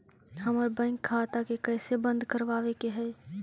हमर बैंक खाता के कैसे बंद करबाबे के है?